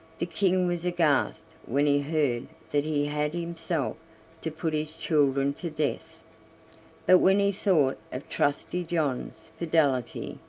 the king was aghast when he heard that he had himself to put his children to death but when he thought of trusty john's fidelity,